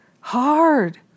hard